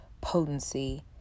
potency